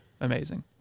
amazing